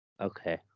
Okay